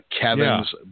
Kevin's